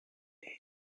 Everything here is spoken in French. est